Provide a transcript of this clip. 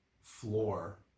floor